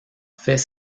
fait